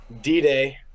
D-Day